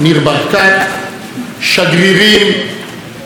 שגרירים, ראשי העדות,